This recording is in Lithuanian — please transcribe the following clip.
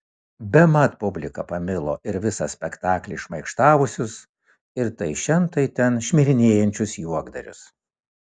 bemat publika pamilo ir visą spektaklį šmaikštavusius ir tai šen tai ten šmirinėjančius juokdarius